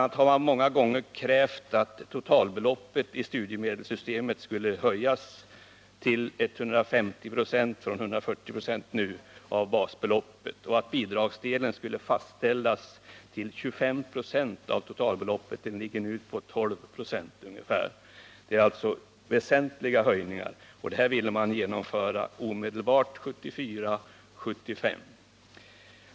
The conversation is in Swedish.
a. har man många gånger krävt att totalbeloppet i studiemedelssystemet skulle höjas till 150 96 från nuvarande 140 96 av basbeloppet och att bidragsdelen skulle fastställas till 25 96 av totalbeloppet. Den ligger nu på ungefär 12 96. Det var alltså väsentliga höjningar det var fråga om, och dessa ville man genomföra omedelbart 1974/75.